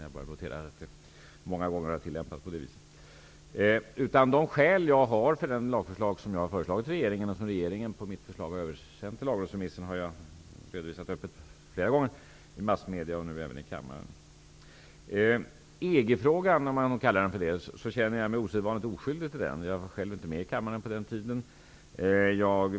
Jag bara noterar att det många gånger har tillämpats på det viset. De skäl som jag har för det lagförslag som jag har lagt fram för regeringen, och som regeringen på mitt förslag har remitterat till Lagrådet har jag flera gånger redovisat öppet i massmedia och nu även i kammaren. Jag känner mig osedvanligt oskyldig till EG-frågan, om man vill kalla den så. Jag var själv inte med i kammaren på den tiden.